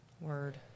Word